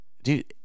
Dude